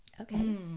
Okay